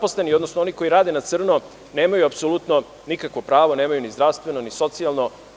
Oni koji rade na crno nemaju apsolutno nikakvih prava, nemaju ni zdravstveno, ni socijalno.